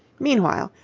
meanwhile,